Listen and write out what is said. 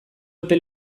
epe